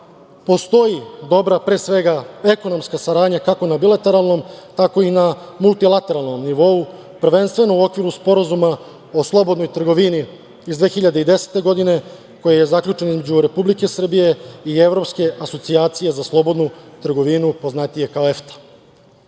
postoji dobra, pre svega, ekonomska saradnja, kako na bilateralnom, tako i na multilateralnom nivou, prvenstveno u okviru Sporazuma o slobodnoj trgovini iz 2010. godine koji je zaključen između Republike Srbije i Evropske asocijacije za slobodnu trgovinu, poznatije kao EFTA.